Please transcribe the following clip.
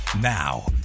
now